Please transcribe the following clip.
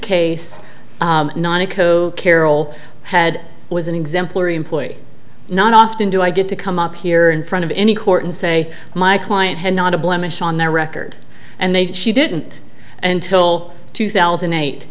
carol had was an exemplary employee not often do i get to come up here in front of any court and say my client had not a blemish on their record and they she didn't until two thousand and eight